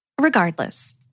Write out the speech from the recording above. Regardless